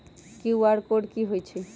QR code कि हई छई?